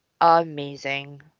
amazing